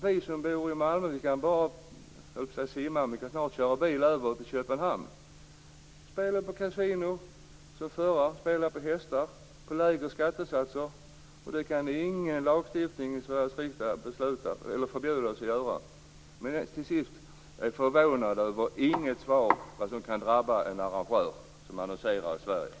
Vi som bor i Malmö kan snart köra bil till Köpenhamn och spela på kasinon och hästar. Vi får då lägre skattesatser, och Sveriges riksdag kan inte stifta någon lag som förbjuder oss att göra detta. Till sist: Jag är förvånad över att jag inte fick något svar på min fråga om vad som kan drabba en utländsk arrangör som annonserar i Sverige.